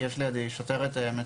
כי יש לידי שוטרת מצוינת.